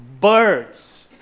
birds